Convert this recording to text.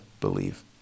believe